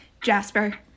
Jasper